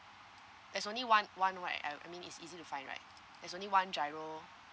there's only one one right uh I mean is easy to find right there's only one GIRO